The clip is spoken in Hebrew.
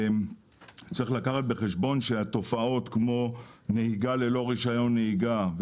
צריך לקחת בחשבון שהתופעות כמו נהיגה ללא רישיון נהיגה,